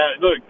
look